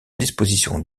disposition